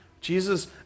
Jesus